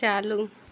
चालू